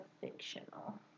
fictional